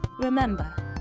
Remember